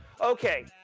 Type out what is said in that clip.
Okay